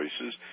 choices